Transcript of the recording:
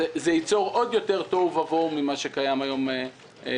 ייצור עוד יותר תהו ובהו ממה שכבר קיים היום במשק.